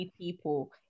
people